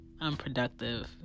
unproductive